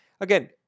Again